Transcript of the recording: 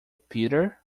peter